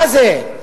מה זה?